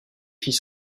filles